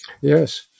Yes